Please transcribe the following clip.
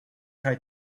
try